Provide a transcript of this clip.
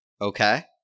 Okay